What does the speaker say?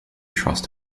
trust